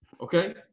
okay